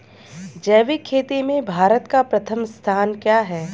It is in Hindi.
जैविक खेती में भारत का प्रथम स्थान है